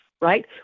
right